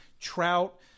Trout